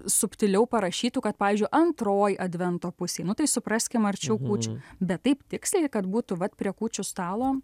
subtiliau parašytų kad pavyzdžiui antroj advento pusėj nu tai supraskim arčiau kūčių bet taip tiksliai kad būtų vat prie kūčių stalo